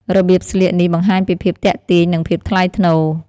របៀបស្លៀកនេះបង្ហាញពីភាពទាក់ទាញនិងភាពថ្លៃថ្នូរ។